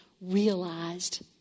realized